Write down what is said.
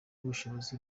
ubushobozi